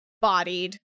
bodied